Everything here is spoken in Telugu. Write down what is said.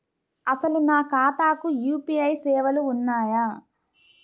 అసలు నా ఖాతాకు యూ.పీ.ఐ సేవలు ఉన్నాయా?